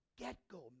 get-go